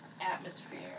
atmosphere